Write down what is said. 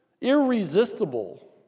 irresistible